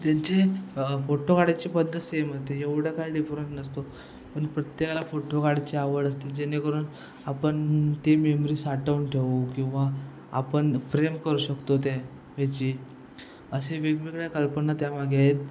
त्यांचे फोटो काढायची पद्धत सेम असते एवढं काय डिफरंट नसतो पण प्रत्येकाला फोटो काढायची आवड असते जेणेकरून आपण ती मेमरी साठवून ठेवू किंवा आपण फ्रेम करू शकतो त्या ह्याची अशी वेगवेगळ्या कल्पना त्यामागे आहेत